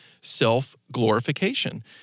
self-glorification